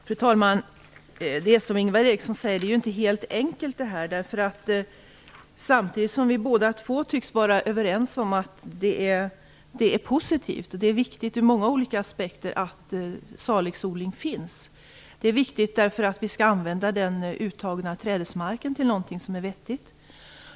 Fru talman! Som Ingvar Eriksson säger är detta inte helt enkelt. Vi båda tycks vara överens om att det ur många aspekter är positivt och viktigt att salixodling finns, därför att vi skall använda den uttagna trädesmarken till något som är vettigt.